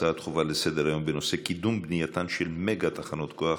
הצעות דחופות לסדר-היום בנושא: קידום בנייתן של מגה תחנות כוח,